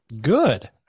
Good